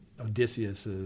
Odysseus